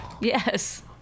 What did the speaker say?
Yes